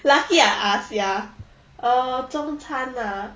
lucky I ask ya err 中餐 ah